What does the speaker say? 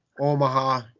Omaha